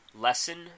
Lesson